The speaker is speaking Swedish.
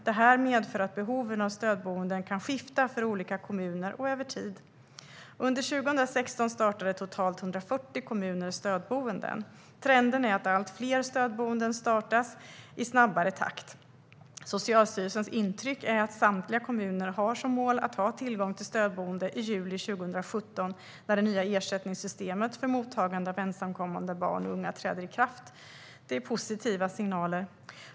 Det här medför att behoven av stödboenden kan skifta för olika kommuner och över tid. Under 2016 startade totalt 140 kommuner stödboenden. Trenden är att allt fler stödboenden startas i snabbare takt. Socialstyrelsens intryck är att samtliga kommuner har som mål att ha tillgång till stödboende i juli 2017, när det nya ersättningssystemet för mottagandet av ensamkommande barn och unga träder i kraft. Det är positiva signaler.